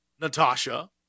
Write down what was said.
Natasha